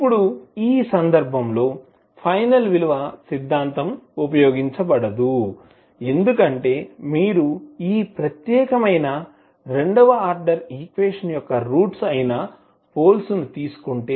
ఇప్పుడు ఈ సందర్భంలో ఫైనల్ విలువ సిద్ధాంతం ఉపయోగించబడదు ఎందుకంటే మీరు ఈ ప్రత్యేకమైన రెండవ ఆర్డర్ ఈక్వేషన్ యొక్క రూట్స్ అయిన పోల్ ల ను తీసుకుంటే